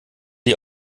die